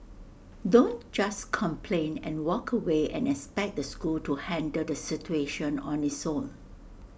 don't just complain and walk away and expect the school to handle the situation on its own